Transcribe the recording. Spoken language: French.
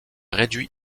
réduit